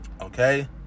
Okay